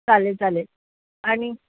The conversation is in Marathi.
चालेल चालेल आणि